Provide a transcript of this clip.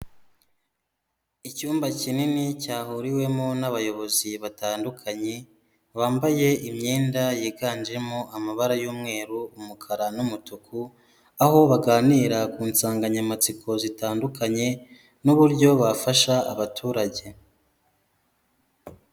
Icyumba kinini cyahuriwemo n'abayobozi batandukanye bambaye imyenda yiganjemo amabara y'umweru, umukara n'umutuku, aho baganira ku nsanganyamatsiko zitandukanye n'uburyo bafasha abaturage.